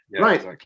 right